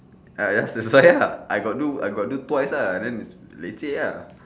ah ya that's why lah I got do I got do twice ah then it's leceh ah